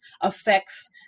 affects